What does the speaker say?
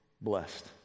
Blessed